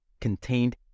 contained